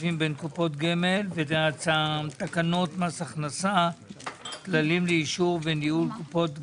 כספים בין קופות גמל) ותקנות מס הכנסה (כללים לאישור ולניהול קופות גמל).